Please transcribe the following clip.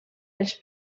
els